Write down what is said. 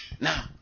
Now